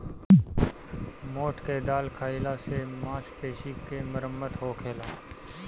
मोठ के दाल खाईला से मांसपेशी के मरम्मत होखेला